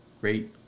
great